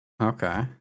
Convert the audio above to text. Okay